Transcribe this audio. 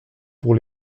pour